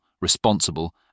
responsible